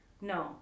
No